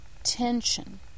Tension